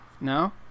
No